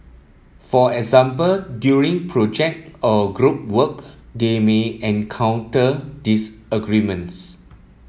for example during project or group work they may encounter disagreements